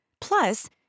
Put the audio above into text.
Plus